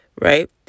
right